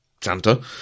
Santa